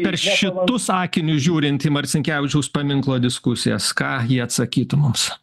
per šitus akinius žiūrint į marcinkevičiaus paminklo diskusijas ką jie atsakytų mums